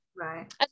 right